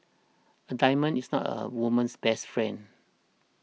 a diamond is not a woman's best friend